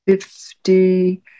fifty